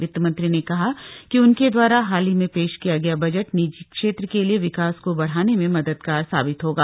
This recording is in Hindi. वित्त मंत्री ने कहा कि उनके द्वारा हाल में पेश किया गया बजट निजी क्षेत्र के लिए विकास को बढ़ाने में मददगार साबित होगा